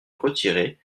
retirer